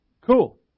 Cool